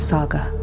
Saga